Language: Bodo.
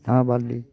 ना बारलि